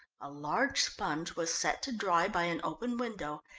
a large sponge was set to dry by an open window,